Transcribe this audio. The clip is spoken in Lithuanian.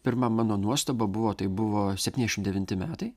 pirma mano nuostaba buvo tai buvo septyniašim devinti metai